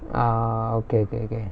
ah okay okay okay